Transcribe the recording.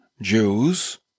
Jews